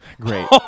Great